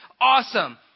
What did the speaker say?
awesome